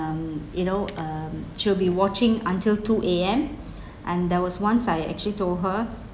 um you know um she'll be watching until two A_M and there was once I actually told her